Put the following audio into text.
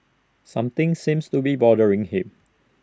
something seems to be bothering him